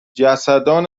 جسدان